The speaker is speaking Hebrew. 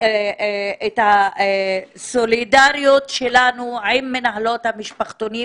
את הסולידריות שלנו עם מנהלות המשפחתונים